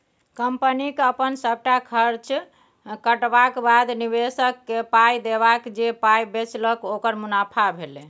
कंपनीक अपन सबटा खर्च कटबाक बाद, निबेशककेँ पाइ देबाक जे पाइ बचेलक ओकर मुनाफा भेलै